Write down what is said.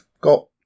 got